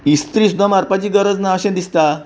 इस्त्री सुद्दां मारपाची गरज ना अशें दिसता